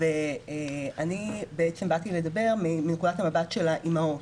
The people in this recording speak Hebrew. אני בעצם באתי לדבר מנקודת המבט של האימהות.